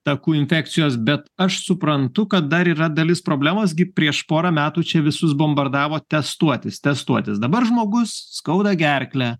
takų infekcijos bet aš suprantu kad dar yra dalis problemos gi prieš porą metų čia visus bombardavo testuotis testuotis dabar žmogus skauda gerklę